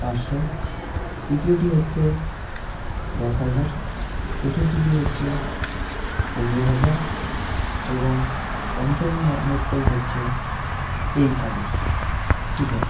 পাঁচশো তৃতীয়টি হচ্ছে দশ হাজার চতুর্থটি হচ্ছে পনেরো হাজার এবং পঞ্চম নম্বরটাই হচ্ছে তেইশ হাজার ঠিক আছে